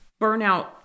burnout